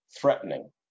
threatening